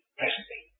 presently